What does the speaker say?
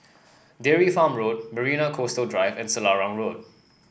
Dairy Farm Road Marina Coastal Drive and Selarang Road